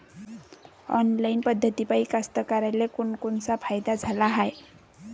Online पद्धतीपायी कास्तकाराइले कोनकोनचा फायदा झाला हाये?